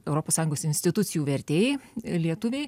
europos sąjungos institucijų vertėjai lietuviai